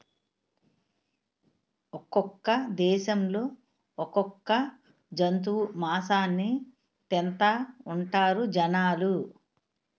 ఒక్కొక్క దేశంలో ఒక్కొక్క జంతువు మాసాన్ని తింతాఉంటారు జనాలు